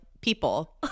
people